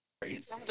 crazy